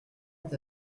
est